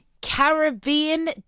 Caribbean